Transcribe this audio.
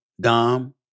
Dom